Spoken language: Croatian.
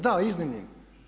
Da, iznimnim.